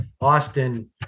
Austin